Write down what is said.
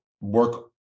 work